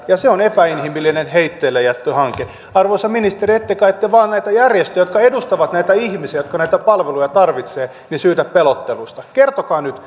ja epäinhimillinen heitteillejättöhanke arvoisa ministeri ette kai te vain näitä järjestöjä jotka edustavat näitä ihmisiä jotka näitä palveluja tarvitsevat syytä pelottelusta kertokaa nyt